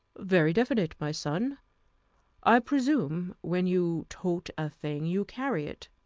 very definite, my son i presume when you tote a thing, you carry it.